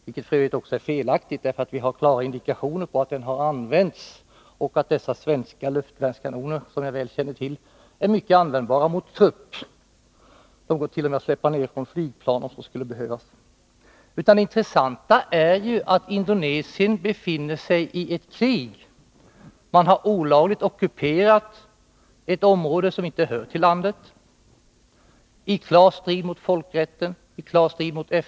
Lennart Bodströms påstående är f. ö. felaktigt, eftersom det finns klara indikationer på att materielen har använts och att dessa svenska luftvärnskanoner, som jag väl känner till, är mycket användbara mot trupp. Det går t.o.m. att släppa ned dem från flygplan, om så skulle behövas. Det intressanta är emellertid att Indonesien befinner sig i ett krig. Indonesien har — i klar strid mot folkrätten och i klar strid mot FN:s uttalanden — olagligt ockuperat ett område som inte hör till landet.